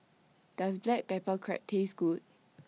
Does Black Pepper Crab Taste Good